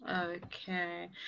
Okay